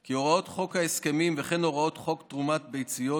כי הוראות חוק ההסכמים וכן הוראות חוק תרומת ביציות,